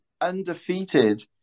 undefeated